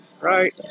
Right